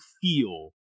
feel